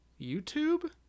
youtube